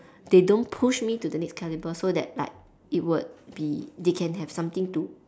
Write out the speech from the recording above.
they don't push me to the next calibre so that like it would be they can have something to